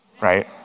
right